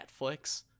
netflix